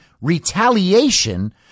retaliation